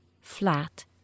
flat